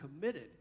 committed